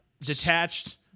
detached